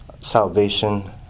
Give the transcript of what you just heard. salvation